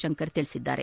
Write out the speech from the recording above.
ಶಂಕರ್ ತಿಳಿಸಿದ್ದಾರೆ